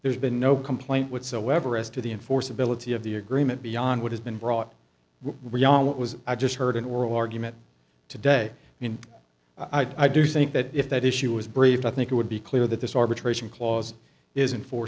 there's been no complaint whatsoever as to the enforceability of the agreement beyond what has been brought ryall it was i just heard an oral argument today and i do think that if that issue was briefed i think it would be clear that this arbitration clause isn't for